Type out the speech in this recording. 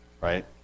Right